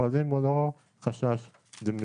שהמתווה שהיה מוסכם ומקובל על כולם פתאום ניסו להכניס בו